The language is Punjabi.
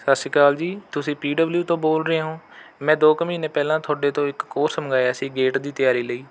ਸਤਿ ਸ਼੍ਰੀ ਅਕਾਲ ਜੀ ਤੁਸੀਂ ਪੀ ਡਬਲਿਊ ਤੋਂ ਬੋਲ ਰਹੇ ਹੋ ਮੈਂ ਦੋ ਕੁ ਮਹੀਨੇ ਪਹਿਲਾਂ ਤੁਹਾਡੇ ਤੋਂ ਇੱਕ ਕੋਰਸ਼ ਮੰਗਵਾਇਆ ਸੀ ਗੇਟ ਦੀ ਤਿਆਰੀ ਲਈ